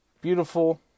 Beautiful